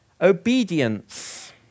Obedience